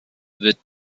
wird